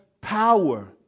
power